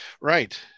right